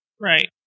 Right